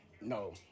No